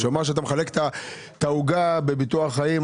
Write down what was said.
שאמרה שאתה מחלק את העוגה בביטוח חיים,